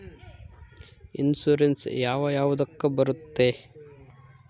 Insurance ಯಾವ ಯಾವುದಕ್ಕ ಬರುತ್ತೆ?